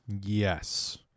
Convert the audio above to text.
Yes